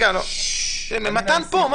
מתן פה.